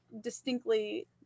distinctly